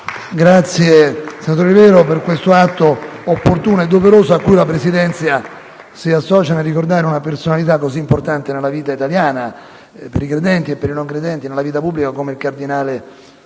ringrazio, senatore Olivero, per questo atto opportuno e doveroso. La Presidenza si associa nel ricordare una personalità così importante nella vita pubblica italiana, per i credenti e per i non credenti, come il cardinale